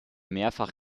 mehrfach